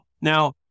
Now